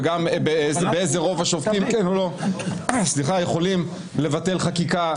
וגם באיזה רוב השופטים כן או לא יכולים לבטל חקיקה,